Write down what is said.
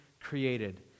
created